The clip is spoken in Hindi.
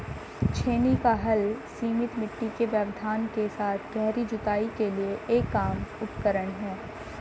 छेनी का हल सीमित मिट्टी के व्यवधान के साथ गहरी जुताई के लिए एक आम उपकरण है